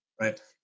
Right